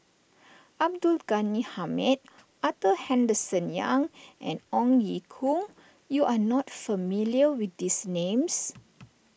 Abdul Ghani Hamid Arthur Henderson Young and Ong Ye Kung you are not familiar with these names